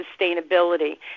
sustainability